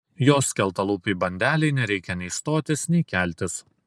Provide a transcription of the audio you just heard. jos skeltalūpei bandelei nereikia nei stotis nei keltis